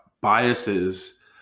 biases